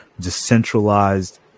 decentralized